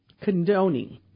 condoning